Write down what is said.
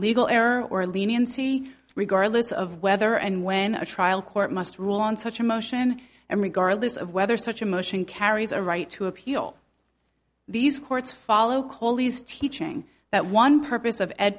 legal error or leniency regardless of whether and when a trial court must rule on such a motion and regardless of whether such a motion carries a right to appeal these courts follow kohli's teaching that one purpose of ed